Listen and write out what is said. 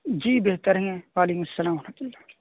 جی بہتر ہیں و علیکم السلام و رحمۃ اللہ